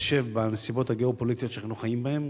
בהתחשב בנסיבות הגיאו-פוליטיות שאנחנו חיים בהן.